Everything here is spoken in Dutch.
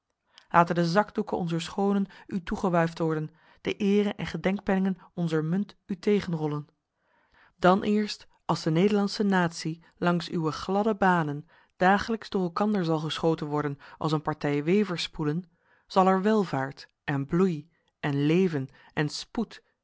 laten de zakdoeken onzer schoonen u toegewuifd worden de eereen gedenkpenningen onzer munt u tegenrollen dan eerst als de nederlandsche natie langs uwe gladde banen dagelijks door elkander zal geschoten worden als een partij weversspoelen zal er welvaart en bloei en leven en spoed